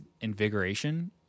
invigoration